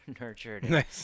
nurtured